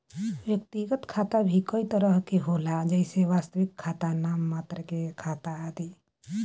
व्यक्तिगत खाता भी कई तरह के होला जइसे वास्तविक खाता, नाम मात्र के खाता आदि